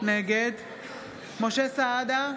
נגד משה סעדה,